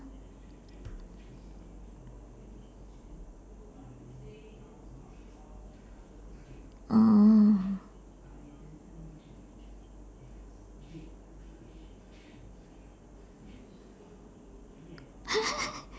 mm